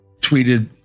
tweeted